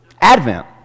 Advent